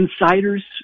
insiders